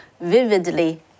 vividly